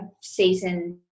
season